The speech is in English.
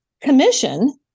commission